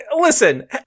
listen